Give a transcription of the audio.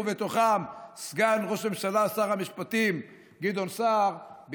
ובתוכם סגן ראש הממשלה שר המשפטים גדעון סער,